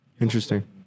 Interesting